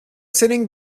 sitting